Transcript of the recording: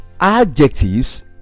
adjectives